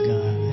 God